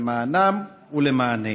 למענם ולמעננו.